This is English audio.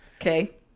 okay